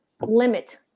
limit